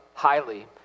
highly